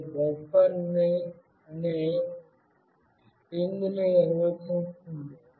అది బఫర్ అనే స్ట్రింగ్ను నిర్వచిస్తుంది